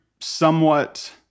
somewhat